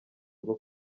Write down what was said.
rwo